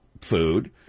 food